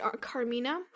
Carmina